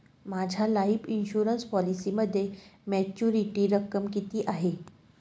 माझ्या life insurance पॉलिसीमध्ये maturity रक्कम किती आहे?